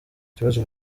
kibazo